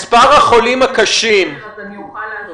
מספר החולים הקשים --- אני אבקש להמשיך על מנת שאוכל להשיב.